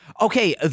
Okay